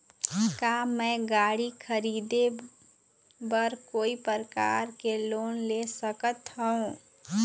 का मैं गाड़ी खरीदे बर कोई प्रकार के लोन ले सकत हावे?